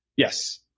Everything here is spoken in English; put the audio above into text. Yes